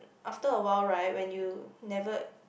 after a while right when you never